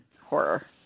horror